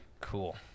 Cool